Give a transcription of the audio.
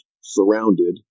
surrounded